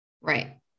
Right